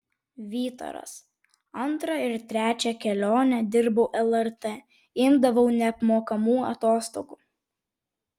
vytaras antrą ir trečią kelionę dirbau lrt imdavau neapmokamų atostogų